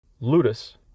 Ludus